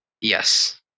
Yes